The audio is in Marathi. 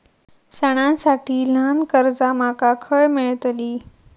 सणांसाठी ल्हान कर्जा माका खय मेळतली?